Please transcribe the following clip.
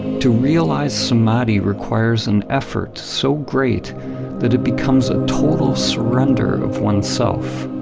to realize samadhi requires an effort so great that it becomes a total surrender of oneself,